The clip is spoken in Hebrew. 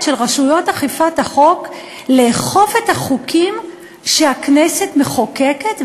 של רשויות אכיפת החוק לאכוף את החוקים שהכנסת מחוקקת.